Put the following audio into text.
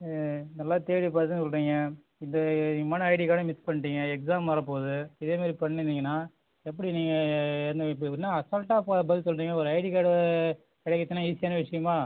ஆ நல்லா தேடி பார்த்தேன்னு சொல்கிறீங்க இந்த முக்கியமான ஐடி கார்டை மிஸ் பண்ணிட்டீங்க எக்ஸாம் வரப்போகுது இதேமாதிரி பண்ணிருந்தீங்கன்னா எப்படி நீங்கள் என்ன இப்போ என்ன அசால்ட்டாக இப்போ பதில் சொல்கிறீங்க ஒரு ஐடி கார்டு கிடைக்கறதுன்னா ஈஸியான விஷயமா